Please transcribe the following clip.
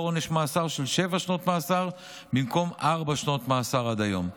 עונש מאסר של שבע שנות מאסר במקום ארבע שנות מאסר עד היום.